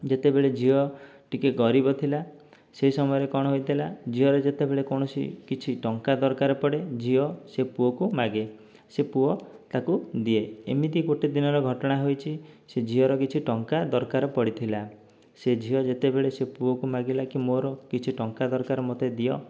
ଯେତେବେଳେ ଝିଅ ଟିକେ ଗରିବ ଥିଲା ସେ ସମୟରେ କଣ ହୋଇଥିଲା ଝିଅର ଯେତେବେଳେ କୌଣସି କିଛି ଟଙ୍କା ଦରକାର ପଡ଼େ ଝିଅ ସେ ପୁଅକୁ ମାଗେ ସେ ପୁଅ ତାକୁ ଦିଏ ଏମିତି ଗୋଟିଏ ଦିନର ଘଟଣା ହୋଇଛି ସେ ଝିଅର କିଛି ଟଙ୍କା ଦରକାର ପଡ଼ିଥିଲା ସେ ଝିଅ ଯେତେବେଳେ ସେ ପୁଅକୁ ମାଗିଲା କି ମୋର କିଛି ଟଙ୍କା ଦରକାର ମୋତେ ଦିଅ